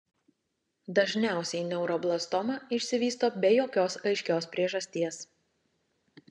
dažniausiai neuroblastoma išsivysto be jokios aiškios priežasties